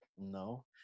No